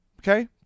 Okay